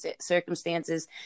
circumstances